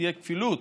שתהיה כפילות?